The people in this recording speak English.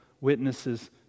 witnesses